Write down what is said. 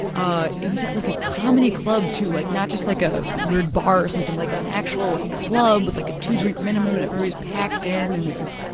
ah it was at like a comedy club, too, like not just like a weird bar or something like an actual like club with like a two-drink minimum and everybody's packed in and it was